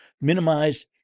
minimize